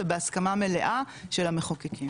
ובהסכמה מלאה של המחוקקים.